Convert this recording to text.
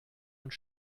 und